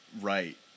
right